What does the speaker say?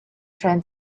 train